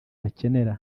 bakenera